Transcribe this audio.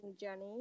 journey